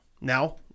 Now